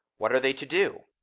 what are they to do?